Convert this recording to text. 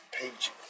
page